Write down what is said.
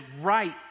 right